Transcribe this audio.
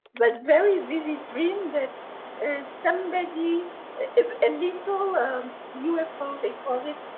but very vivid dream, that somebody, a little um ufo, they call it,